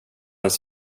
ens